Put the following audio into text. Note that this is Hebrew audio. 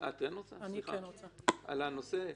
נראה לי שאני בוחרת לחזור אל הנוסח הראשוני.